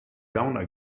sauna